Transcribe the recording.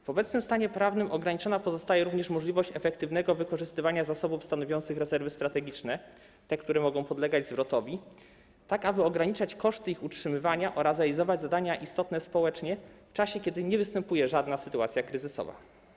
W obecnym stanie prawnym ograniczona pozostaje również możliwość efektywnego wykorzystywania zasobów stanowiących rezerwy strategiczne, które mogą podlegać zwrotowi, tak aby ograniczać koszty ich utrzymywania oraz realizować zadania istotne społeczne w czasie, kiedy nie występuje żadna sytuacja kryzysowa.